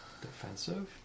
Defensive